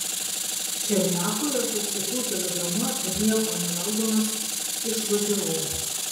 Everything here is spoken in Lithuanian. černiakui aš atsakiau telegrama ir nieko nelaukdamas išvažiavau